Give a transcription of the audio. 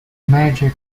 major